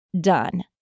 done